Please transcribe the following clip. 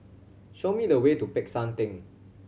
show me the way to Peck San Theng